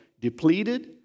depleted